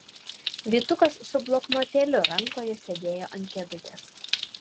vytukas su bloknotėliu rankoje sėdėjo ant kėdutės